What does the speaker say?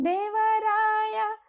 Devaraya